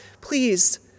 Please